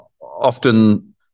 often